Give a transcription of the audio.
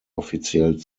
offiziell